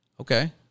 Okay